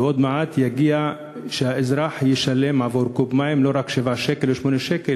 ועוד מעט יגיע מצב שהאזרח ישלם עבור קוב מים לא רק 7 שקלים או 8 שקלים,